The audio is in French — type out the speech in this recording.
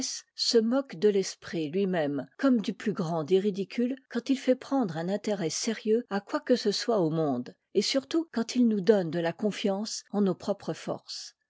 le censeur méphistophétèssemoquede l'esprit tui mëme comme du plus grand des ridicules quand il fait prendre un intérêt sérieux à quoi que ce soit au monde et surtout quand il nous donne de la confiance en nos propres forces